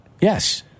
Yes